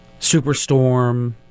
superstorm